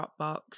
Dropbox